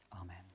Amen